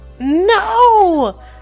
No